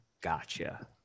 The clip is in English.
gotcha